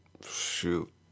shoot